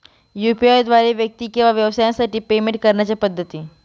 UPI द्वारे व्यक्ती किंवा व्यवसायांसाठी पेमेंट करण्याच्या पद्धती